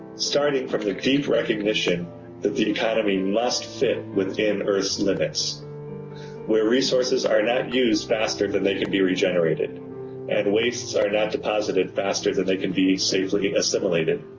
starting from the deep recognition that the economy must fit within earth s limits where resources are not used faster than they can be regenerated and wastes are not deposited faster than they can be safely assimilated.